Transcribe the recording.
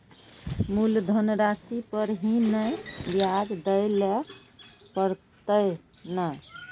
मुलधन राशि पर ही नै ब्याज दै लै परतें ने?